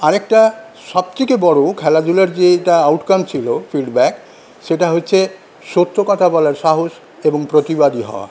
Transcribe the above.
আরেকটা সবথেকে বড় খেলাধুলার যেটা আউটকাম ছিল ফিডব্যাক সেটা হচ্ছে সত্য কথার বলার সাহস এবং প্রতিবাদী হওয়া